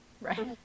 Right